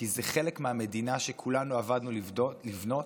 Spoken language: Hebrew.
כי זה חלק מהמדינה שכולנו עבדנו לבנות.